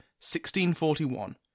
1641